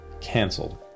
canceled